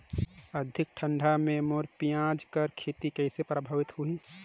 अधिक ठंडा मे मोर पियाज के खेती कइसे प्रभावित होही?